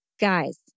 guys